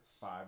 five